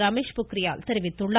ரமேஷ் பொக்கிரியால் தெரிவித்துள்ளார்